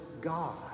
God